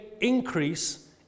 increase